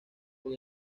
con